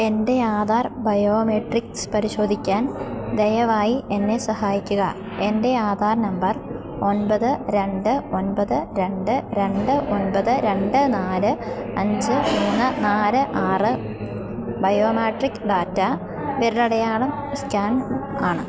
എൻ്റെ ആധാർ ബയോമെട്രിക്സ് പരിശോധിക്കാൻ ദയവായി എന്നെ സഹായിക്കുക എൻ്റെ ആധാർ നമ്പർ ഒന്പത് രണ്ട് ഒന്പത് രണ്ട് രണ്ട് ഒന്പത് രണ്ട് നാല് അഞ്ച് മൂന്ന് നാല് ആറ് ബയോമാട്രിക് ഡാറ്റ വിരലടയാളം സ്കാൻ ആണ്